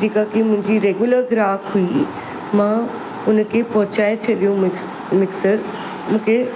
जेका की मुंहिंजी रेगुलर ग्राहक हुई मां उन खे पहुचाए छॾियो मि मिक्सर मूंखे